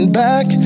back